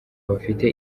bafite